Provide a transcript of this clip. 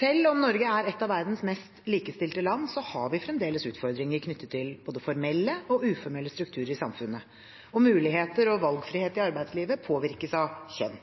Selv om Norge er et av verdens mest likestilte land, har vi fremdeles utfordringer knyttet til både formelle og uformelle strukturer i samfunnet, og muligheter og valgfrihet i arbeidslivet påvirkes av kjønn.